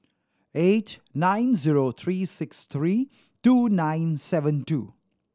eight nine zero three six three two nine seven two